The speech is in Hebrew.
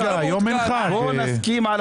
בואו נסכים על